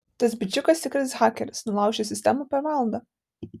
tas bičiukas tikras hakeris nulaužė sistemą per valandą